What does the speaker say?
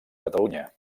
catalunya